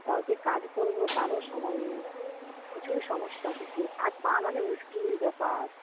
কোথাও যে কাজ করব তারও সময় নেই প্রচুর সমস্যা দেশে কাজ পাওয়া মানে মুশকিল ব্যাপার